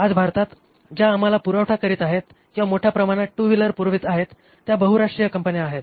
आज भारतात ज्या आम्हाला पुरवठा करीत आहे किंवा मोठ्या प्रमाणात टू व्हीलर पुरवित आहेत त्या बहुराष्ट्रीय कंपन्या आहेत